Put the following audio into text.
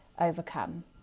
overcome